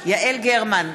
יעל גרמן,